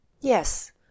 yes